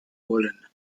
wollen